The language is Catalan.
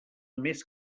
més